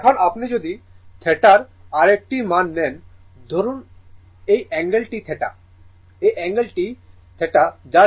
এখন আপনি যদি θ র আরেকটি মান নেন ধরুন এই অ্যাঙ্গেল টি θ এই অ্যাঙ্গেলটি θ যার জন্য A B m sin θ এর সমান